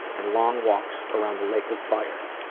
and long walks around the lake of fire.